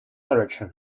direction